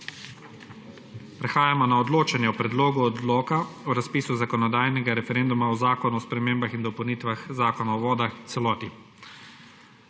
Prehajamo na odločanje o Predlogu odloka o razpisu zakonodajnega referenduma o Zakonu o spremembah in dopolnitvah Zakona o vodi v celoti.